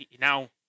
now